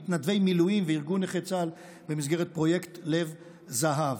מתנדבי מילואים וארגון נכי צה"ל במסגרת פרויקט לב זהב.